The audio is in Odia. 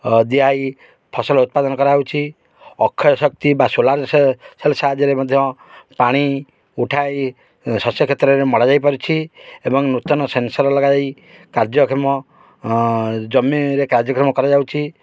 ଦିଆ ଫସଲ ଉତ୍ପାଦନ କରାଯାଉଛି ଅକ୍ଷୟ ଶକ୍ତି ବା ସୋଲାର୍ ସାହାଯ୍ୟରେ ମଧ୍ୟ ପାଣି ଉଠାଇ ଶସ୍ୟ କ୍ଷେତ୍ରରେ ମଡ଼ାଯାଇପାରୁଛି ଏବଂ ନୂତନ ସେନ୍ସର୍ ଲଗାଯାଇ କାର୍ଯ୍ୟକ୍ଷମ ଜମିରେ କାର୍ଯ୍ୟକ୍ରମ କରାଯାଉଛି